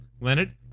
Leonard